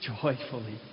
joyfully